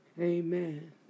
Amen